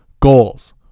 goals